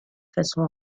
façon